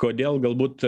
kodėl galbūt